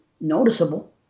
noticeable